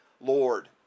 lord